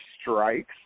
strikes